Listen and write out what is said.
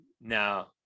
now